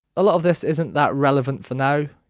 a lot of this isn't that relevant for now.